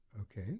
okay